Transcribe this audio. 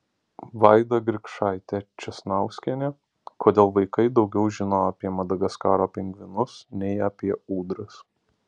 vaida grikšaitė česnauskienė kodėl vaikai daugiau žino apie madagaskaro pingvinus nei apie ūdras